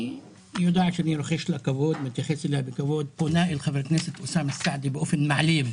שיודעת שאני מתייחס אליה בכבוד פונה אל חבר הכנסת סעדי באופן מעליב